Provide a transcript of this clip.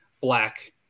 black